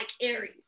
Aries